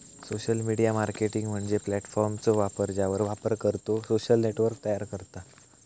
social media marketing म्हणजे प्लॅटफॉर्मचो वापर ज्यावर वापरकर्तो सोशल नेटवर्क तयार करता